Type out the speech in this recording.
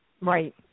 Right